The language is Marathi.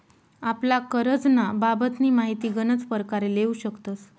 आपला करजंना बाबतनी माहिती गनच परकारे लेवू शकतस